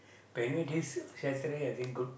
but you know this Saturday I think good